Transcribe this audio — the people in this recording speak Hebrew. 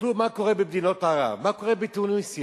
תסתכלו מה קורה במדינות ערב, מה קורה בתוניסיה.